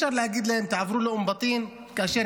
אי-אפשר להגיד להם: תעברו לאום-בטין כאשר